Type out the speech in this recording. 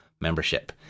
membership